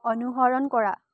অনুসৰণ কৰা